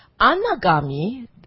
Anagami